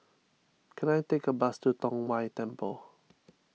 can I take a bus to Tong Whye Temple